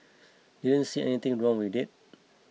didn't see anything wrong with it